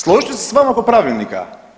Složit ću se s vama oko pravilnika.